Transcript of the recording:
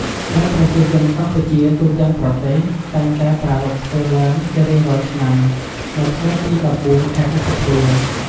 ដែលប្រជាជនកម្ពុជាទូទាំងប្រទេសតែងតែប្រារព្ធធ្វើឡើងជារៀងរាល់ឆ្នាំ នៅថ្ងៃទី ១៤ ខែឧសភា។